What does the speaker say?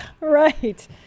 Right